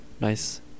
Nice